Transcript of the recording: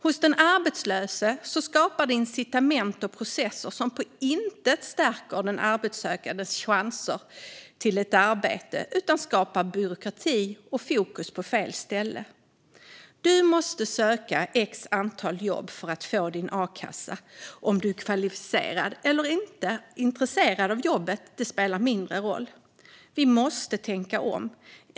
Hos den arbetslöse skapar det incitament och processer som på intet sätt stärker chanserna att få arbete, utan det skapar onödig byråkrati och fokus på fel saker. Du måste söka ett visst antal jobb för att få din a-kassa. Om du är kvalificerad eller intresserad av jobbet spelar mindre roll. Vi måste tänka om.